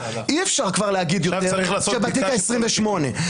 אי-אפשר להגיד יותר שבתיק ה-28.